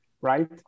right